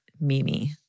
Mimi